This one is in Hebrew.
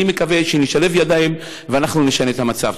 אני מקווה שנשלב ידיים ונשנה את המצב.